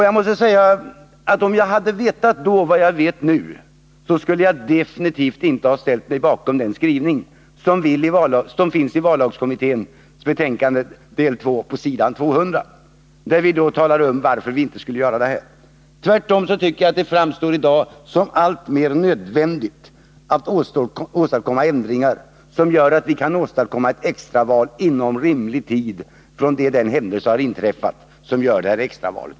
Jag måste säga att om jag hade vetat då vad jag vet nu, så skulle jag absolut inte ha ställt mig bakom den skrivning som finns i vallagskommitténs betänkande, del 2, på s. 200, där vi talade om varför vi inte skulle göra några sådana förändringar. Tvärtom tycker jag att det i dag framstår som alltmer nödvändigt att åstadkomma ändringar som gör att vi kan få ett extraval inom rimlig tid från det att den händelse har inträffat som motiverar detta extraval.